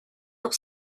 pour